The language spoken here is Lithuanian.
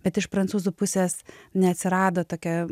bet iš prancūzų pusės neatsirado tokią